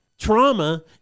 Trauma